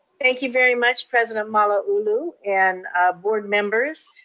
thank you very much president malauulu and board members.